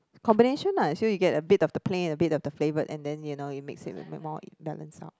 combination lah as you get a bit of the plain a bit of the flavour and then you know you mix it even more balance out